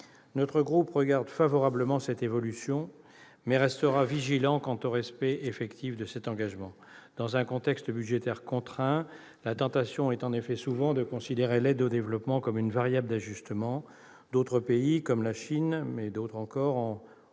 Notre groupe regarde favorablement cette évolution, mais restera vigilant quant au respect effectif de cet engagement. Dans un contexte budgétaire contraint, la tentation est souvent de considérer l'aide au développement comme une variable d'ajustement. D'autres pays, comme la Chine, en ont au contraire